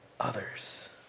others